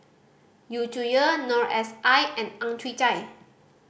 Yu Zhuye Noor S I and Ang Chwee Chai